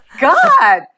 God